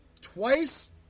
twice